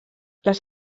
les